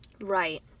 Right